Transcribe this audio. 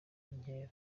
inkera